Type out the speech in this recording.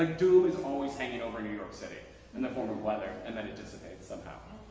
ah dew is always hanging over new york city in the form of weather and then it dissipates somehow.